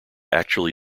actually